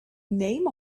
name